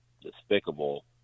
despicable